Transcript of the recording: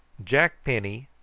jack penny,